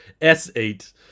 S8